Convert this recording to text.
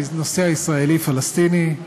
הנושא הישראלי פלסטיני,